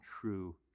true